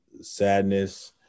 sadness